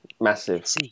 Massive